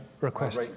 request